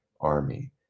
army